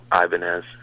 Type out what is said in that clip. Ibanez